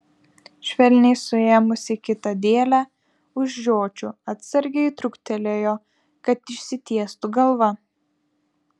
švelniai suėmusi kitą dėlę už žiočių atsargiai trūktelėjo kad išsitiestų galva